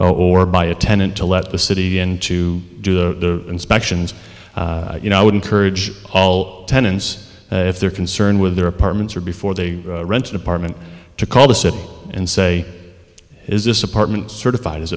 or by a tenant to let the city in to do the inspections you know i would encourage all tenants if they're concerned with their apartments or before they rent an apartment to call the city and say is this apartment certified as